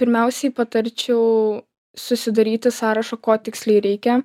pirmiausiai patarčiau susidaryti sąrašą ko tiksliai reikia